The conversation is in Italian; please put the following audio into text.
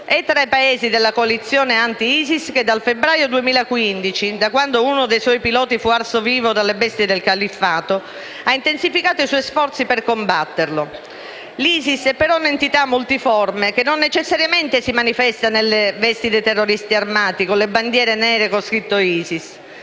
è tra i Paesi della coalizione anti-ISIS che, dal febbraio 2015, da quando uno dei suoi piloti fu arso vivo dalle bestie del Califfato, ha intensificato i suoi sforzi per combatterlo. L'ISIS è però un'entità multiforme, che non necessariamente si manifesta nelle vesti dei terroristi armati con le bandiere nere con scritto ISIS.